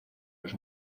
los